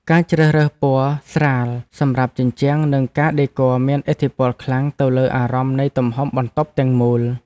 ការជ្រើសរើសពណ៌ស្រាលសម្រាប់ជញ្ជាំងនិងការដេគ័រមានឥទ្ធិពលខ្លាំងទៅលើអារម្មណ៍នៃទំហំបន្ទប់ទាំងមូល។